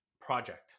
project